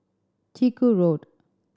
Chiku Road